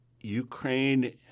Ukraine